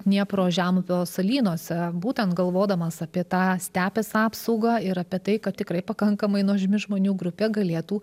dniepro žemupio salynuose būtent galvodamas apie tą stepės apsaugą ir apie tai kad tikrai pakankamai nuožmi žmonių grupė galėtų